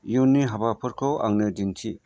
इयुननि हाबाफोरखौ आंनो दिन्थि